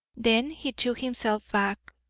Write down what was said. then he threw himself back.